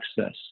access